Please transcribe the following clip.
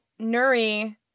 Nuri